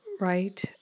right